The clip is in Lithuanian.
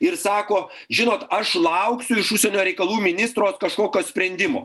ir sako žinot aš lauksiu iš užsienio reikalų ministro kažkokio sprendimo